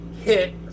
hit